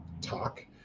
talk